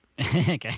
Okay